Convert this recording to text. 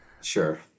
Sure